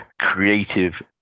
creative